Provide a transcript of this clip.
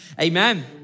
Amen